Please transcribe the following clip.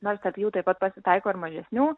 nors tarp jų taip pat pasitaiko ir mažesnių